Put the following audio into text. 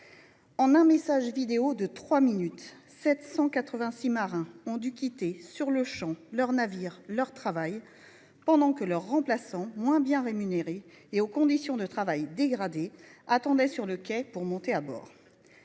un message vidéo de trois minutes, 786 marins ont dû quitter sur-le-champ leur navire et leur emploi, pendant que leurs remplaçants, moins bien rémunérés et aux conditions de travail dégradées, attendaient sur le quai pour monter à bord.